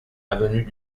avenue